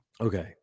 Okay